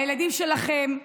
הילדים שלכם,